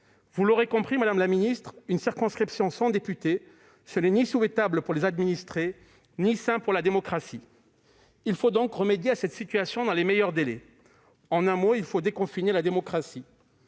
Vous l'aurez compris, madame la ministre, une circonscription sans député, ce n'est ni souhaitable pour les administrés ni sain pour la démocratie. Il faut donc remédier à cette situation dans les meilleurs délais. En un mot, il faut déconfiner la démocratie,